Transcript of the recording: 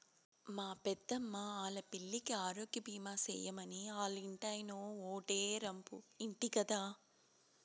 మా పెద్దమ్మా ఆల్లా పిల్లికి ఆరోగ్యబీమా సేయమని ఆల్లింటాయినో ఓటే రంపు ఇంటి గదా